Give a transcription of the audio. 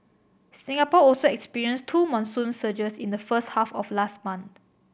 Singapore also experienced two monsoon surges in the first half of last month